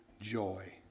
joy